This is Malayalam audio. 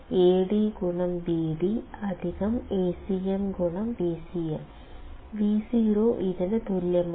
Ad Vd Acm Vcm Vo ഇതിന് തുല്യമാണ്